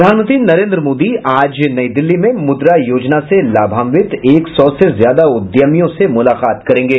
प्रधानमंत्री नरेन्द्र मोदी आज नई दिल्ली में मुद्रा योजना से लाभांवित एक सौ से ज्यादा उद्यमियों से मुलाकात करेंगे